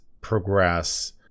progress